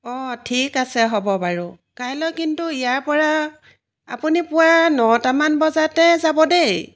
অঁ ঠিক আছে হ'ব বাৰু কাইলৈ কিন্তু ইয়াৰ পৰা আপুনি পুৱা নটামান বজাতে যাব দেই